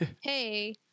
hey